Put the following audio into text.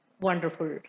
wonderful